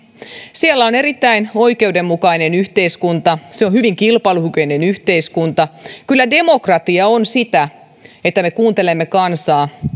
siellä on erittäin oikeudenmukainen yhteiskunta se on hyvin kilpailukykyinen yhteiskunta kyllä demokratia on sitä että me kuuntelemme kansaa